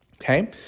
Okay